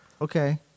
Okay